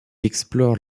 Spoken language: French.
explore